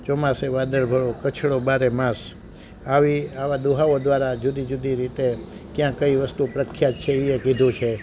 ચોમાસે વાગડ ભલો કચ્છડો બારે માસ આવી આવા દુહાઓ દ્વારા જુદી જુદી રીતે ક્યાં કઈ વસ્તુ પ્રખ્યાત છે એ પણ કીધું છે